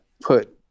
put